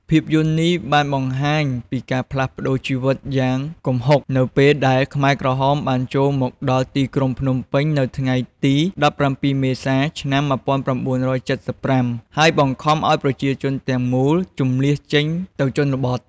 ភាពយន្តនេះបានបង្ហាញពី ការផ្លាស់ប្តូរជីវិតយ៉ាងគំហុក នៅពេលដែលខ្មែរក្រហមបានចូលមកដល់ទីក្រុងភ្នំពេញនៅថ្ងៃទី ១៧ ខែមេសា ឆ្នាំ ១៩៧៥ ហើយបង្ខំឲ្យប្រជាជនទាំងមូលជម្លៀសចេញទៅជនបទ។